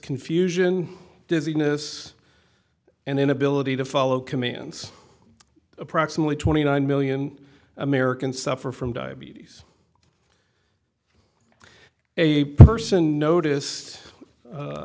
confusion dizziness and inability to follow commands approximately twenty nine million americans suffer from diabetes a person notice